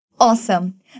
Awesome